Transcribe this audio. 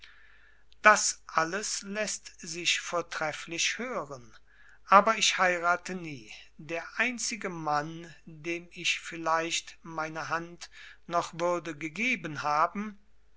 das alles läßt sich vortrefflich hören aber ich heurate nie der einzige mann dem ich vielleicht meine hand noch würde gegeben haben